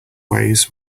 ways